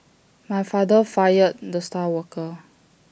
my father fired the star worker